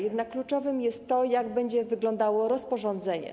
Jednak kluczowe jest to, jak będzie wyglądało rozporządzenie.